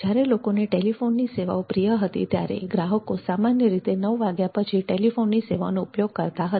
જ્યારે લોકોને ટેલિફોનની સેવાઓ પ્રિય હતી ત્યારે ગ્રાહકો સામાન્ય રીતે રાત્રે નવ વાગ્યા પછી ટેલિફોનની સેવાઓનો ઉપયોગ કરતા હતા